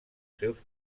seus